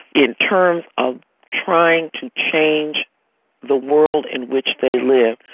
in terms of trying to change the world in which they live,